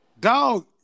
Dog